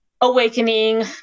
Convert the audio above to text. awakening